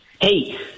Hey